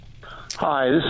Hi